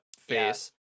face